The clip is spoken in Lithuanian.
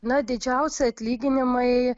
na didžiausi atlyginimai